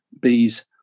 bees